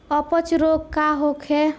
अपच रोग का होखे?